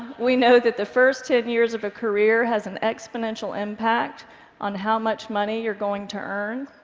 we know that the first ten years of a career has an exponential impact on how much money you're going to earn.